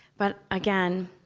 but again,